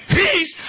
peace